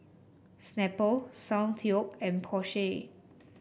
Snapple Soundteoh and Porsche